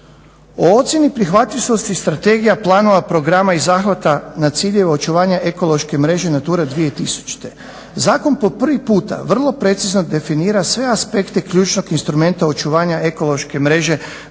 O ocjeni prihvatljivosti strategija, planova, programa i zahvata na ciljeve očuvanja ekološke mreže NATURA 2000. Zakon po prvi puta vrlo precizno definira sve aspekte ključnog instrumenta očuvanja ekološke mreže NATURA 2000